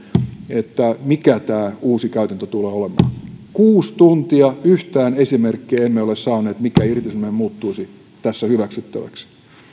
se mikä tämä uusi käytäntö tulee olemaan kuusi tuntia yhtään esimerkkiä emme ole saaneet siitä miten irtisanominen muuttuisi tässä hyväksyttäväksi